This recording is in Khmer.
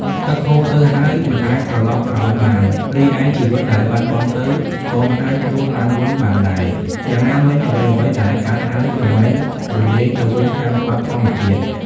ទឹកហូរទៅហើយមិនអាចត្រឡប់ក្រោយបាន រីឯជីវិតដែលបាត់បង់ទៅ ក៏មិនអាចរស់ឡើងវិញបានដែរ យ៉ាងណាមិញ អ្វីៗដែលកើតហើយ រមែងរលាយទៅវិញតាមច្បាប់ធម្មជាតិ។